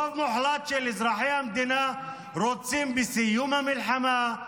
רוב מוחלט של אזרחי המדינה רוצים בסיום המלחמה,